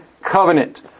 covenant